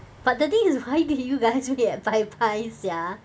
but the thing is why did you guys eat at Popeyes sia